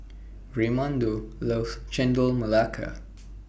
Raymundo loves Chendol Melaka